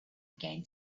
again